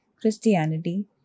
Christianity